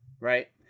right